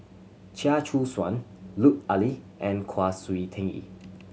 Chia Choo Suan Lut Ali and Kwa Siew Tee